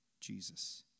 Jesus